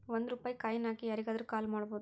ಒಂದ್ ರೂಪಾಯಿ ಕಾಯಿನ್ ಹಾಕಿ ಯಾರಿಗಾದ್ರೂ ಕಾಲ್ ಮಾಡ್ಬೋದು